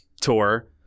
Tour